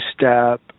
step